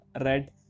red